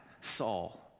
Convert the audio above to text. Saul